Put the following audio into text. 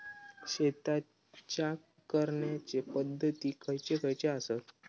शेतीच्या करण्याचे पध्दती खैचे खैचे आसत?